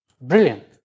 Brilliant